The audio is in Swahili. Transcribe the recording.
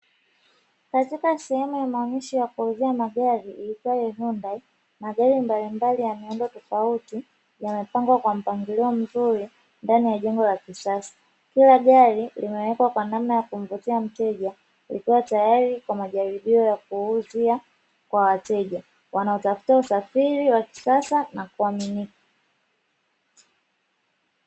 Katika sehemu ya maonyesho ya kuuzia magari, iitwayo Hyundai; magari mbalimbali ya miundo tofauti yamepangwa kwa mpangilio mzuri ndani ya jengo la kisasa. Kila gari limewekwa kwa namna ya kumvutia mteja, likiwa tayari kwa majaribio ya kuwauzia kwa wateja; wanaotafuta usafiri wa kisasa na kuaminika.